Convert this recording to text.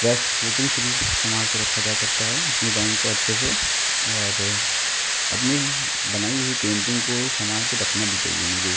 wax coating से भी संभाल के रखा जा सकता है अपनी ड्राइंग को अच्छे से और अपनी बनाई हुई पेन्टिंग को संभाल के रखना भी चाहिए मेरे